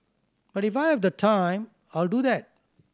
but if I have the time I'll do that